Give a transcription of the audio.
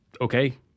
okay